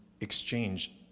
exchange